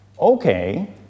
Okay